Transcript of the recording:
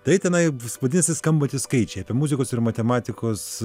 tai tenai vs vadinasi skambantys skaičiai apie muzikos ir matematikos